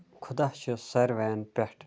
خۄداہ چھُ ساروِیَن پیٚٹھ